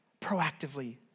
proactively